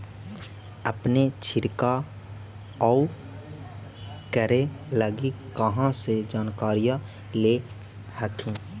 अपने छीरकाऔ करे लगी कहा से जानकारीया ले हखिन?